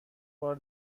بار